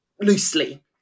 loosely